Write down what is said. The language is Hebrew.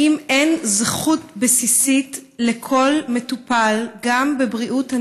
האם אין זכות בסיסית לכל מטופל, גם בבריאות הנפש,